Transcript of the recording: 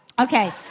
Okay